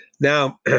Now